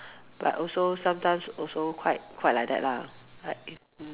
but also sometimes also quite quite like that lah like mm